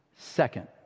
second